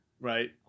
Right